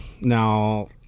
Now